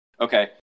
Okay